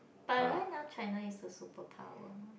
but right now China is a super power mah